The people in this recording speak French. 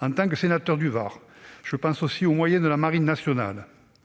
en tant que sénateur du Var, je pense aussi aux moyens de la marine nationale.